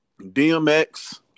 DMX